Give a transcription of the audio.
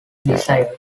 desired